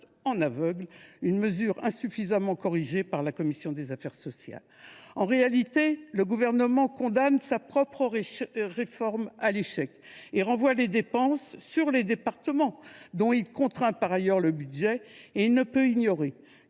l’aveugle 500 postes, mesure insuffisamment corrigée par la commission des affaires sociales du Sénat. En réalité, le Gouvernement condamne sa propre réforme à l’échec et renvoie les dépenses sur les départements, dont il contraint par ailleurs le budget. Il ne peut ignorer